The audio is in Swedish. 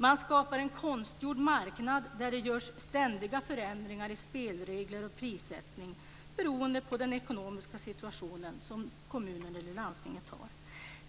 Man skapar en konstgjord marknad där det görs ständiga förändringar i spelregler och prissättning beroende på den ekonomiska situation som kommunen eller landstinget har.